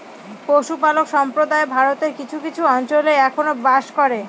পশুপালক সম্প্রদায় ভারতের কিছু কিছু অঞ্চলে এখনো বাস করে